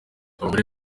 abagore